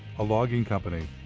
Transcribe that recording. a logging company.